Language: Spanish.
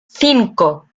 cinco